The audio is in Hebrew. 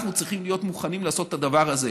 אנחנו צריכים להיות מוכנים לעשות את הדבר הזה.